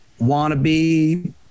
wannabe